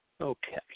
Okay